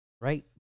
Right